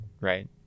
right